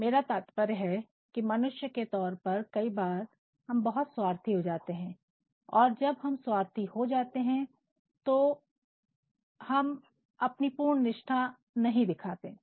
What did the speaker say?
मेरा तात्पर्य है कि मनुष्य के तौर पर कई बार हम बहुत स्वार्थी हो जाते हैं और जब हम स्वार्थी हो जाते हैं तो आप अपनी पूर्ण निष्ठा नहीं दिखाते हैं